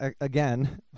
again